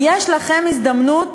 יש לכם הזדמנות